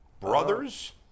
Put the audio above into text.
Brothers